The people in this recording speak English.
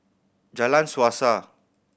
Jalan Suasa